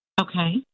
Okay